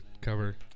cover